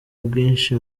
ubwinshi